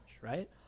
right